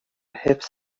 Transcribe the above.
حفظ